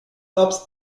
obst